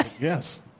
Yes